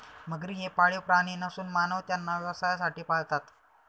मगरी हे पाळीव प्राणी नसून मानव त्यांना व्यवसायासाठी पाळतात